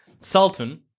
Sultan